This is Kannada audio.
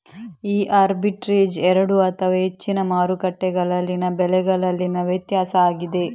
ಈ ಆರ್ಬಿಟ್ರೇಜ್ ಎರಡು ಅಥವಾ ಹೆಚ್ಚಿನ ಮಾರುಕಟ್ಟೆಗಳಲ್ಲಿನ ಬೆಲೆಗಳಲ್ಲಿನ ವ್ಯತ್ಯಾಸ ಆಗಿದೆ